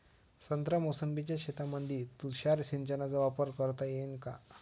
संत्रा मोसंबीच्या शेतामंदी तुषार सिंचनचा वापर करता येईन का?